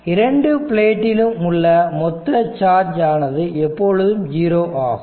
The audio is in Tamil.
இரண்டு ப்ளேட்டிலும் உள்ள மொத்த சார்ஜ் ஆனது எப்பொழுதும் ஜீரோ ஆகும்